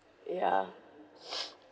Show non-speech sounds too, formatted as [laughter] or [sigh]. yeah [breath]